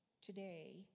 today